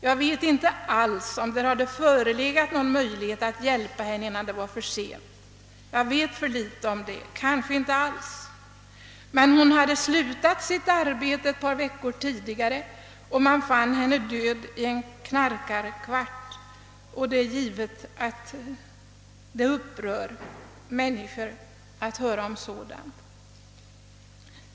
Jag känner inte alls till om det hade förelegat någon möjlighet att hjälpa henne, innan det nu blev för sent. Jag vet för litet om detta enskilda fall; kanske fanns det ingen möjlighet att hjälpa. Men hon hade slutat sitt arbete för ett par veckor sedan, och man fann henne död i en knarkarkvart. Det är givet att människor blir upprörda när de hör sådant här.